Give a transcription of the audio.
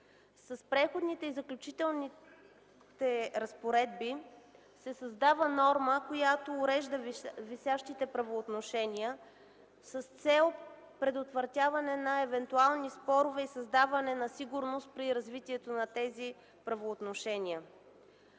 С Преходните и заключителните разпоредби се създава норма, която урежда висящите правоотношения с цел предотвратяване на евентуални спорове и създаване на сигурност при развитието на тези правоотношения.